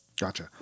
Gotcha